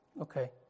Okay